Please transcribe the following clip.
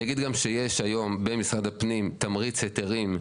אני אגיד גם שיש היום במשרד הפנים, תמריץ היתרים,